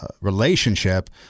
relationship